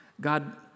God